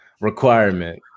requirement